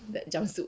in that jump suit